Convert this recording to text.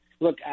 Look